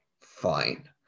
fine